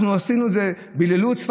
אנחנו עשינו את זה, בללו את שפתנו,